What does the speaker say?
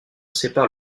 sépare